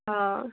অঁ